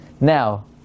now